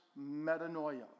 metanoia